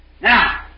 Now